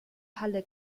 halle